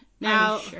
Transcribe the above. Now